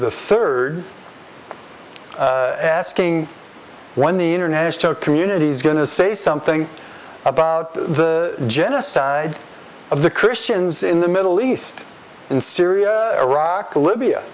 the third asking when the international community's going to say something about the genocide of the christians in the middle east in syria iraq libya